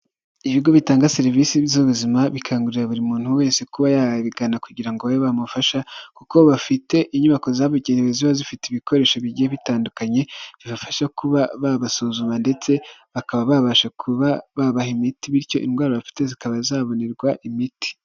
Ibigo bitanga serivisi z'ubuzima bikangurira buri muntu wese kuba yabigana kugira ngo babe bamufashe kuko bafite inyubako zabugenewe ziba zifite ibikoresho bigiye bitandukanye, bibafasha kuba babasuzuma ndetse bakaba babasha kuba babaha imiti bityo indwara bafite zikaba zabonerwa imiti.